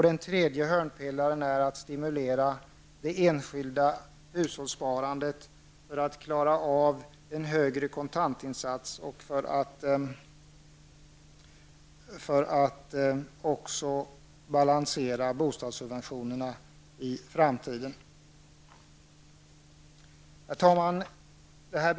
Den tredje hörnpelaren är att stimulera det enskilda hushållssparandet för att klara av en högre kontantinsats och för att balansera bostadssubventionerna i framtiden. Herr talman!